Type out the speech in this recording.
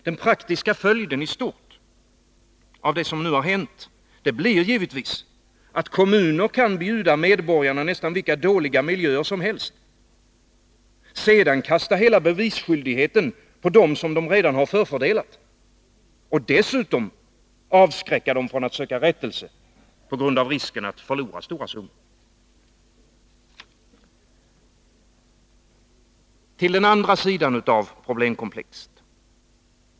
Den praktiska följden i stort av vad som hänt blir givetvis att kommuner kan erbjuda medborgarna nästan hur dåliga miljöer som helst. Sedan lägger man hela bevisskyldigheten på dem som redan förfördelats. Med hänvisning till risken att förlora stora summor avskräcker man dessutom dessa från att söka rättelse. Så till den andra sidan av problemkomplexet.